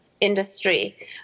industry